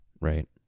right